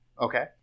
Okay